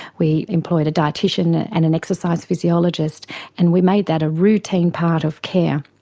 we employed a dietician and an exercise physiologist and we made that a routine part of care.